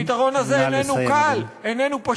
הפתרון הזה איננו קל, נא לסיים, אדוני.